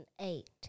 eight